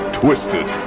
twisted